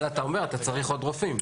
אבל אתה אומר, אתה צריך עוד רופאים.